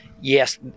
yes